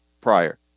prior